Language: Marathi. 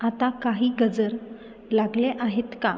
आता काही गजर लागले आहेत का